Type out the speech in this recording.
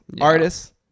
Artists